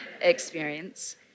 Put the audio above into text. experience